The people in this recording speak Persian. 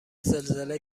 زلزله